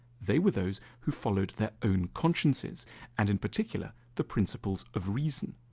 they were those who followed their own consciences and in particular, the principles of reason.